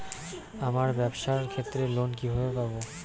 আমার ব্যবসার ক্ষেত্রে লোন কিভাবে পাব?